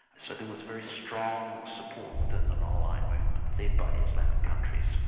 so there was very strong support within the non-aligned movement, led by the islamic countries,